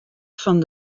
fan